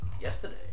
yesterday